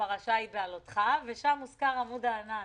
הפרשה היא בהעלותך, ושם מוזכר עמוד הענן.